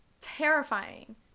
terrifying